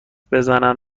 بزنن